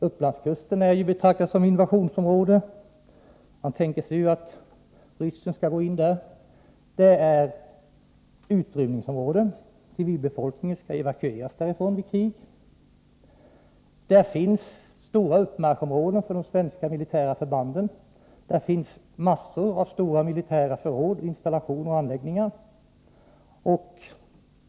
Upplandskusten betraktas som invasionsområde — man tänker sig att ryssen skall gå in där. Kusten är utrymningsområde. Civilbefolkningen skall evakueras därifrån vid krig. Där finns stora uppmarschområden för de svenska militära förbanden och massor av stora militära förråd, installationer och anläggningar.